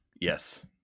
Yes